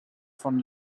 von